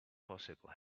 possible